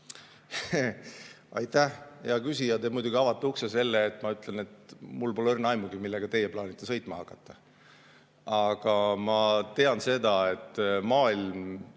Aitäh, hea küsija! Te muidugi avasite selle ukse, et ma pean ütlema, et mul pole õrna aimugi, millega teie plaanite sõitma hakata. Aga ma tean seda, et maailm